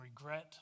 regret